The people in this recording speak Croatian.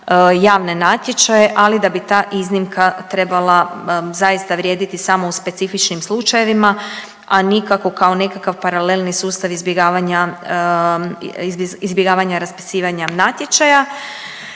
javne natječaje, ali da bi ta iznimka trebala zaista vrijediti samo u specifičnim slučajevima, a nikako kao nekakav paraleli sustav izbjegavanja, izbjegavanja raspisivanja natječaja.